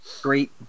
great